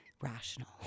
rational